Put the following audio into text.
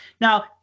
Now